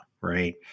right